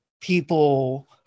people